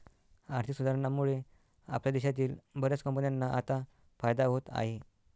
आर्थिक सुधारणांमुळे आपल्या देशातील बर्याच कंपन्यांना आता फायदा होत आहे